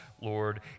Lord